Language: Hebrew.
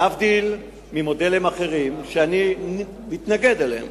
להבדיל ממודלים אחרים שאני מתנגד להם,